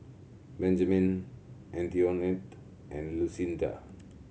Benjamine Antionette and Lucinda